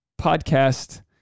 podcast